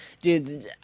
dude